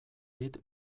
dit